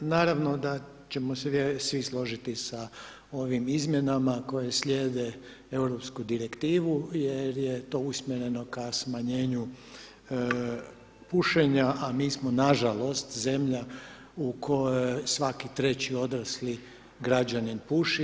Naravno da ćemo se svi složiti sa ovim izmjenama koje slijede europsku direktivu jer je to usmjereno k smanjenju pušenja, a mi smo nažalost zemlja u kojoj svaki treći odrasli građanin puši.